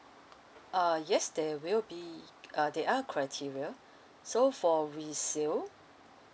uh yes there will be uh there are criteria so for resale